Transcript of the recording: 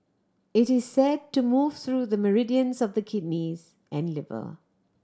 it is said to move through the meridians of the kidneys and liver